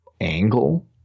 Angle